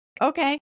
Okay